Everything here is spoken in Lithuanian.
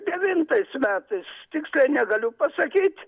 devintais metais tiksliai negaliu pasakyt